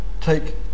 take